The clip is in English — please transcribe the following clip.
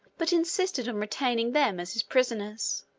but insisted on retaining them as his prisoners.